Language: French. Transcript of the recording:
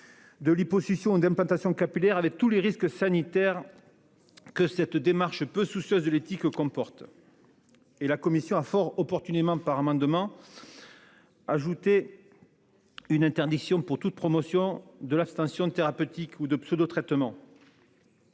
De liposuccion d'implantation capillaire avec tous les risques sanitaires. Que cette démarche peu soucieuse de l'éthique comporte. Et la commission a fort opportunément par amendement. Ajouté. Une interdiction pour toute promotion de la station de thérapeutique ou de pseudo-traitements.